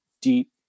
deep